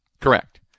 Correct